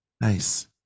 nice